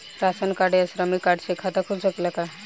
Ration card या श्रमिक card से खाता खुल सकेला का?